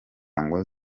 ngo